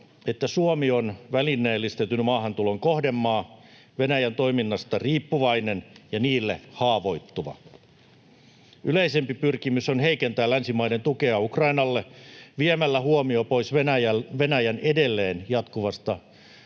että Suomi on välineellistetyn maahantulon kohdemaa, Venäjän toiminnasta riippuvainen ja niille haavoittuva. Yleisempi pyrkimys on heikentää länsimaiden tukea Ukrainalle viemällä huomio pois Venäjän edelleen jatkamasta